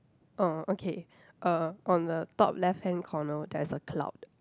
uh okay uh on the top left hand corner there's a cloud